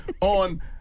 on